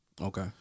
okay